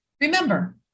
Remember